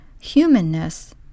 humanness